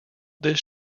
this